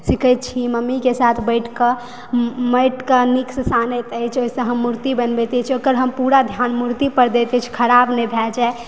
सीखै छी मम्मी के साथ बैठ कऽ माटि के नीक सऽ सानैत अछि ओहि सऽ हम मूर्ति बनबैत छी ओकर पूरा ध्यान मूर्ति पर दैत अछि खराब नहि भय जाय